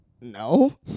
no